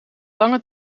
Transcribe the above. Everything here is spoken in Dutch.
lange